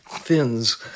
Fins